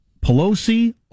Pelosi